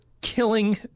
killing